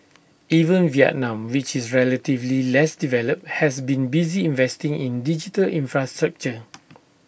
even Vietnam which is relatively less developed has been busy investing in digital infrastructure